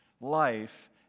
life